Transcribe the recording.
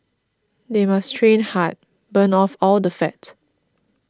they must train hard burn off all the fat